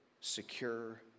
secure